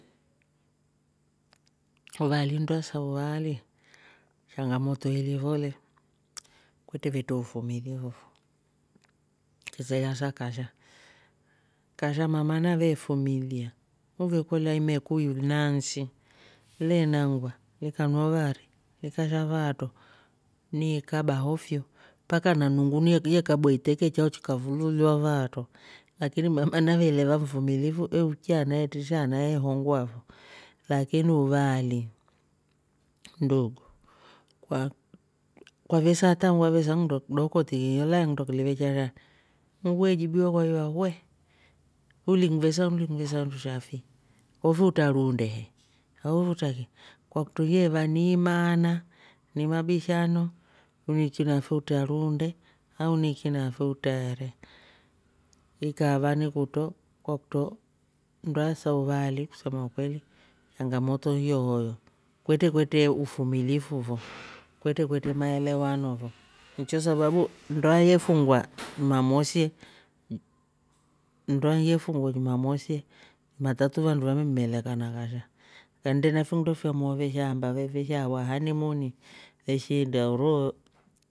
Uvaali ndoa sa uvaali shangamoto ili vo le kwetre vetre ufumilifu fo, kasha- kasha mama nave fumilia uvekolya imeku inaansi le nangwa likanywa wo wari likasha fo vaatro ni iakba hofyo mpaka na nungu ye kabwa iteke chao chikafululiwa faaatro lakin mama naveleva mfumilifu euchya na e tisha na he ongwa fo, lakini uvaali ndugu kwa- kwa hata wavesa ndo kidoko tiki elae kinndo kilive chara we jibiwa ukaiywa we ulingivesa- ulingivesa sha fi ofe utra ruunde he ooh utraki kwakutro yeeva ni imaana ni mabishano niiki na fe utraruunde au niiki nafe utra aare ikava ni kutro, kwakutro ndoa sa uvaali changamoto nyoohoyo kwetre kwetre ufumilifu fo, kwetre- kwetre maelewano fo ncho sababu ndoa ye fungwa jumamosi ye- ndoa ye fungwa jumamosi jumatatu vandu vaveeme lekana kasha kannde na finndo fya mwao veshaamba fi hanimuniyeshiinda uruu